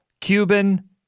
Cuban